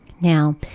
now